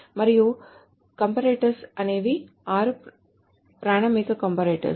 మరియు కంపరేటర్స్ అనేవి ఆరు ప్రామాణిక కంపరేటర్స్ అవి